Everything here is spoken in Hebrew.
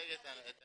מייצג את הנושא.